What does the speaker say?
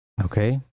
Okay